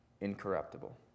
incorruptible